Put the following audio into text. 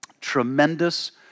tremendous